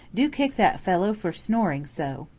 do kick that fellow for snoring so.